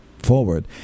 Forward